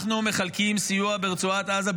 אנחנו מחלקים סיוע ברצועת עזה,